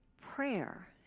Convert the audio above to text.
Prayer